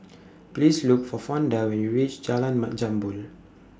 Please Look For Fonda when YOU REACH Jalan Mat Jambol